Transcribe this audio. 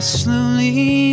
slowly